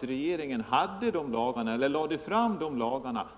regeringen ha en sådan lag i sin hand?